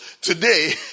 today